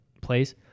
place